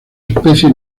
especie